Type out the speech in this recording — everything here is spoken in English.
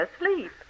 asleep